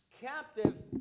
captive